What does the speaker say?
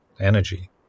energy